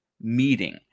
meeting